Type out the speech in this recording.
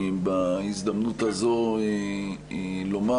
גם בהזדמנות הזו לומר,